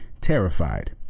terrified